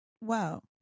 Wow